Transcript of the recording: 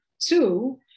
two